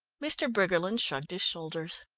mr. briggerland shrugged his shoulders.